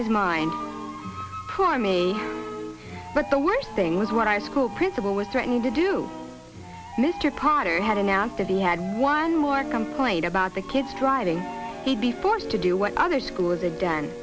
his mind for me but the worst thing was when our school principal with threatening to do mr potter had announced that he had one more complaint about the kids driving he'd be forced to do what other schools a done